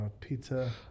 pizza